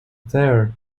there